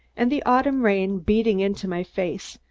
and the autumn rain, beating into my face,